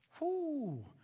Whoo